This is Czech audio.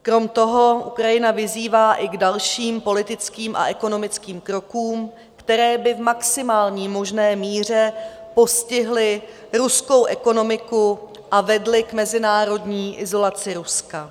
Krom toho Ukrajina vyzývá i k dalším politickým a ekonomickým krokům, které by v maximální možné míře postihly ruskou ekonomiku a vedly k mezinárodní izolaci Ruska.